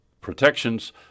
protections